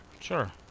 Sure